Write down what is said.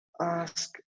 ask